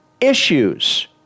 issues